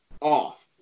off